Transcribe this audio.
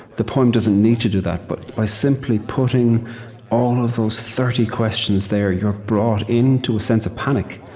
the poem doesn't need to do that. but by simply putting all of those thirty questions there, you're brought into a sense of panic.